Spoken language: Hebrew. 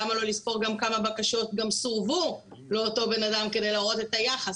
למה לא לספור כמה בקשות גם סורבו לאותו אדם כדי לראות את היחס.